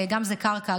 זה גם קרקע,